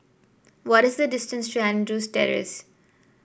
what is the distance to Andrews Terrace